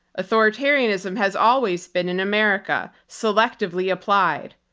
authoritarianism has always been in america, selectively applied.